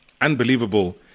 Unbelievable